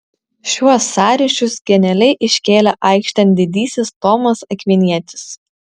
šiuos sąryšius genialiai iškėlė aikštėn didysis tomas akvinietis